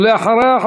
ואחריה,